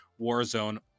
Warzone